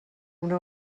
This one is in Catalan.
una